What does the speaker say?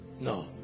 No